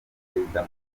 perezida